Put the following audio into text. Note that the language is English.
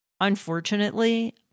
unfortunately